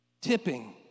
Tipping